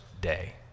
day